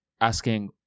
asking